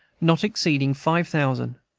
not exceeding five thousand,